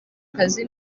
kazi